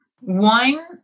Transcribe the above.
One